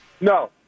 No